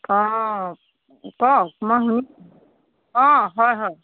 অঁ কওক মই শুনিছোঁ অঁ হয় হয়